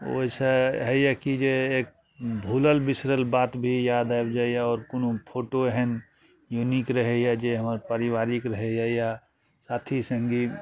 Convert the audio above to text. ओइसँ होइए कि जे भुलल बिसरल बात भी याद आबि जाइए आओर कोनो फोटो एहन यूनिक रहइए जे हमर परिवारिक रहइए या साथी सङ्गी